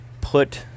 put